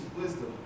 wisdom